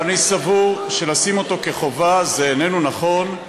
אבל אני סבור שלשים זאת כחובה זה איננו נכון,